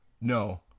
no